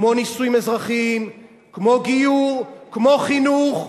כמו נישואים אזרחיים, כמו גיור, כמו חינוך,